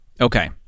Okay